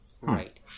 Right